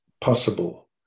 possible